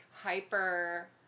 hyper